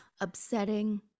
Upsetting